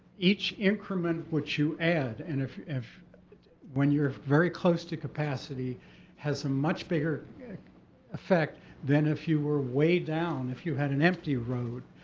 each increment which you add, and if if when you're very close to capacity has a much bigger effect than if you were way down, if you had an empty road,